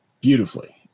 beautifully